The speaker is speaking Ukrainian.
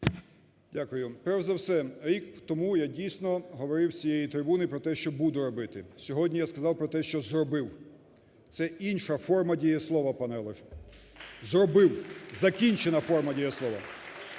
Дякую. Перш за все, рік тому я, дійсно, говорив з цієї трибуни, що буду робити. Сьогодні я сказав про те, що зробив. Це інша форма дієслова, пане Олеже. Зробив – закінчена форма дієслова.